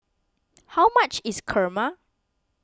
how much is Kurma